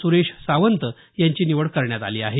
सुरेश सावंत यांची निवड करण्यात आली आहे